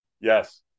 Yes